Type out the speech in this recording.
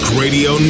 radio